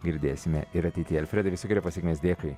girdėsime ir ateityje alfredai visokeriopos sėkmės dėkui